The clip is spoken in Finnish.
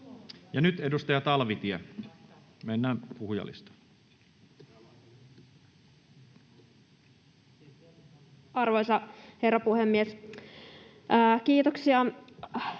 nyt edustaja Talvitie. Mennään puhujalistaan. Arvoisa herra puhemies! Kiitoksia